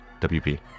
WP